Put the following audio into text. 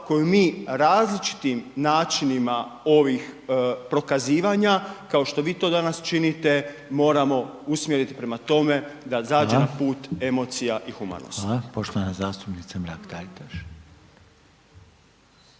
koju mi različitim načinima ovih prokazivanja, kao što vi to danas činite, moramo usmjeriti prema tome da …/Upadica: Hvala/…zađe na put emocija i humanosti.